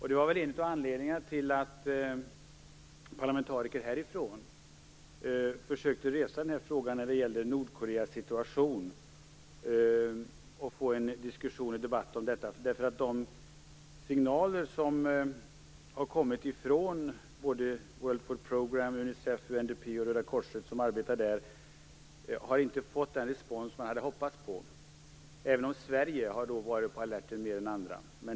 Det var väl en av anledningarna till att parlamentariker härifrån försökte resa frågan om Nordkoreas situation och få till stånd en debatt om den. De signaler som har kommit från World Food Programme, Unicef, UNDP och Röda korset, som arbetar där, har inte fått den respons som man hade hoppats på. Sverige har dock mera än andra varit på alerten.